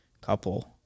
couple